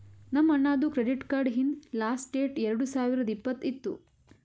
ನಮ್ ಅಣ್ಣಾದು credit card ಹಿಂದ್ ಲಾಸ್ಟ್ ಡೇಟ್ ಎರಡು ಸಾವಿರದ್ ಇಪ್ಪತ್ತ್ ಇತ್ತು